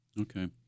Okay